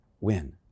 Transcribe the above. win